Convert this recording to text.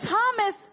Thomas